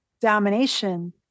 Domination